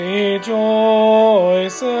Rejoice